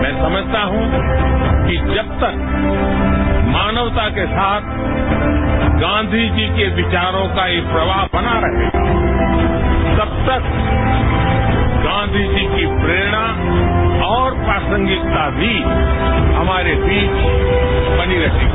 मैं समझता हूं कि जब तक मानवता के साथ गांधी जी के विचारों का एक प्रवाह बना रहेगा तब तक गांधी जी की प्रेरणा और प्रासंगिकता भी हमारे बीच बनी रहेगी